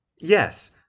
Yes